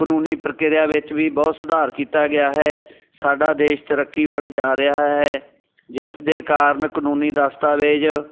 ਕਾਨੂੰਨੀ ਪ੍ਰਕਿਰਿਆ ਵਿੱਚ ਵੀ ਬਹੁਤ ਸੁਧਾਰ ਕੀਤਾ ਗਿਆ ਹੈ ਸਾਡਾ ਦੇਸ਼ ਤਰੱਕੀ ਵੱਲ ਜਾ ਰਿਹਾ ਹੈ ਜਿਸ ਦੇ ਕਾਰਨ ਕਾਨੂੰਨੀ ਦਸਤਾਵੇਜ਼